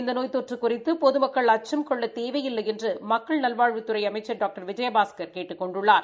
இந்த நோய் தொற்று குறித்து பொதுமக்கள் அச்சம் கொள்ளத் தேவையில்லை என்ற மக்கள் நல்வாழ்வுத்துறை அமைச்சர் டாக்டர் விஜயபாஸ்கர் கேட்டுக் கொண்டுள்ளார்